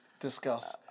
discuss